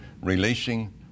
releasing